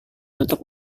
tutup